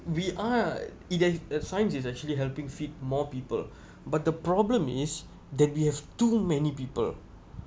we are it has that science is actually helping feed more people but the problem is that they have too many people